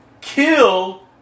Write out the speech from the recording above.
kill